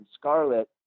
Scarlet